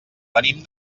venim